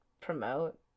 promote